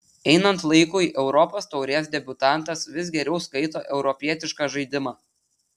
einant laikui europos taurės debiutantas vis geriau skaito europietišką žaidimą